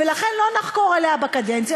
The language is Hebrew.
ולכן לא נחקור עליה בקדנציה,